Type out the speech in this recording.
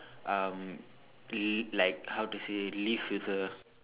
um l~ like how to say live with her